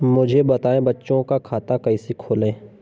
मुझे बताएँ बच्चों का खाता कैसे खोलें?